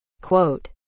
quote